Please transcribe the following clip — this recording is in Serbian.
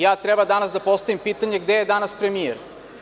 Ja treba danas da postavim pitanje gde je danas premijer.